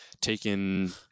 taken